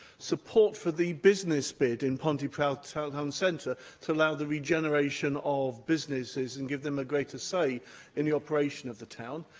support for the business bid in pontypridd town centre to allow the regeneration of businesses and give them a greater say in the operation of the town,